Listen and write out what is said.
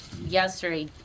yesterday